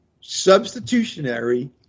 substitutionary